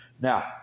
Now